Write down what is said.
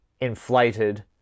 inflated